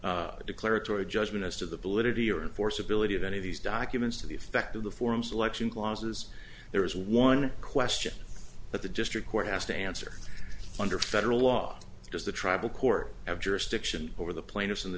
for declaratory judgment as to the political year and force ability of any of these documents to the effect of the form selection clauses there is one question that the district court has to answer under federal law does the tribal court have jurisdiction over the plaintiffs in the